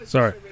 Sorry